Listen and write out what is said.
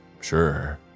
Sure